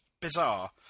bizarre